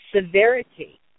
severity